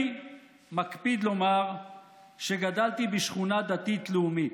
אני מקפיד לומר שגדלתי בשכונה דתית לאומית.